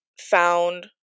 found